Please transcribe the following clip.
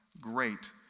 great